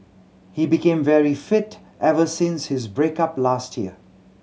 he became very fit ever since his break up last year